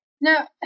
Now